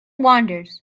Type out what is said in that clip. wanders